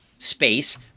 space